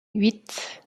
huit